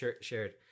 shared